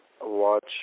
watch